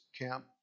camp